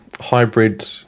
hybrid